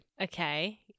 Okay